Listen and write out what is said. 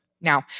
Now